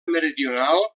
meridional